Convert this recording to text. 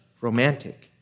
romantic